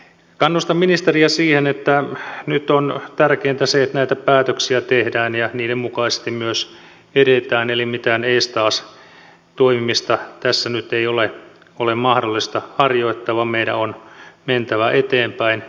kannustan ministeriä siihen että nyt on tärkeintä se että näitä päätöksiä tehdään ja niiden mukaisesti myös edetään eli mitään eestaas toimimista tässä nyt ei ole mahdollista harjoittaa vaan meidän on mentävä eteenpäin